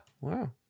Wow